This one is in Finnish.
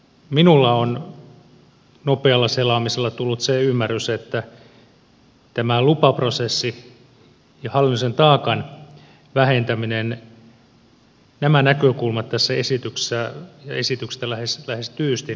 minulle on nopealla selaamisella tullut se ymmärrys että tämä lupaprosessi ja hallinnollisen taakan vähentäminen nämä näkökulmat tästä esityksestä lähes tyystin käytännössä puuttuvat